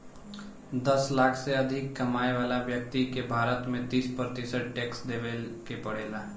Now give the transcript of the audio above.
दस लाख से अधिक कमाए वाला ब्यक्ति के भारत में तीस प्रतिशत टैक्स देवे के पड़ेला